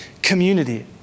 community